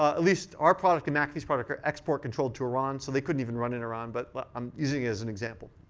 ah at least our product and mcafee's product are export-controlled to iran, so they couldn't even run in iran. but i'm using it as an example.